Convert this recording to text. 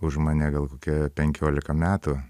už mane gal kokia penkiolika metų